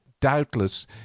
doubtless